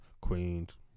Queens